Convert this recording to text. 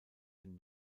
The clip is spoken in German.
den